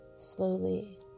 slowly